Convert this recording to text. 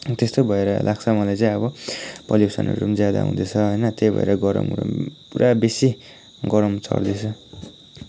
अँ त्यस्तै भएर लाग्छ मलाई चाहिँ अब पोल्युसनहरू पनि ज्यादा हुँदैछ होइन त्यही भएर गरमहरू पनि पुरा बेसी गरम चढेको छ